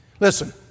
Listen